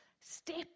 Step